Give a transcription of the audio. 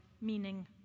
meaning